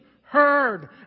heard